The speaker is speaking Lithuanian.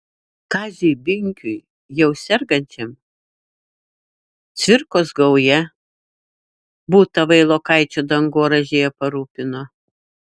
kaziui binkiui jau sergančiam cvirkos gauja butą vailokaičio dangoraižyje parūpino